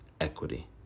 equity